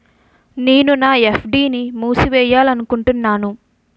నేను నా ఎఫ్.డి ని మూసివేయాలనుకుంటున్నాను